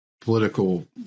political